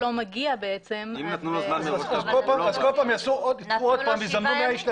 כרמ"ט שר הפנים - עמד באמת בתהליך שהוא מלאכת מחשבת וזה נעשה בהסכמה,